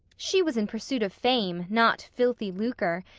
she was in pursuit of fame, not filthy lucre,